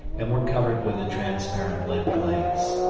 and were covered with a transparent lead glaze.